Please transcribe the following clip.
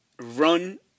run